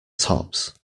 tops